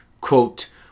quote